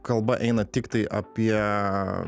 kalba eina tiktai apie